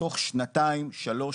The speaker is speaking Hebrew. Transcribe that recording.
תוך שנתיים-שלוש,